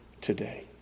today